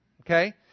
Okay